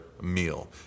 meal